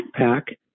backpack